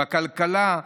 בכלכלה,